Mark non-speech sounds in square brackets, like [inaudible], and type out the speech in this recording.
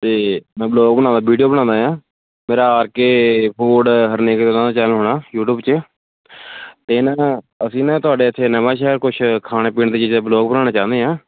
ਅਤੇ ਮੈਂ ਬਲੌਗ ਬਣਾਉਦਾ ਵੀਡਿਓ ਬਣਾਉਂਦਾ ਹਾਂ ਮੇਰਾ R K food Harnek channel [unintelligible] YouTube 'ਚ ਅਤੇ [unintelligible] ਅਸੀਂ ਨਾ ਤੁਹਾਡੇ ਇੱਥੇ ਨਵਾਂ ਸ਼ਹਿਰ ਕੁਝ ਖਾਣੇ ਪੀਣੇ ਦੀ ਚੀਜ਼ਾਂ ਦਾ ਵਲੌਗ ਬਣਾਉਂਣਾ ਚਾਹੁੰਦੇ ਹਾਂ